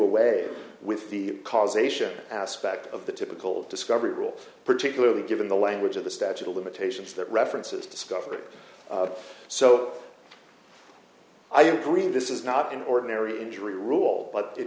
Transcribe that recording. away with the causation aspect of the typical discovery rule particularly given the language of the statute of limitations that references discovery so i agree this is not an ordinary injury rule but it